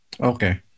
Okay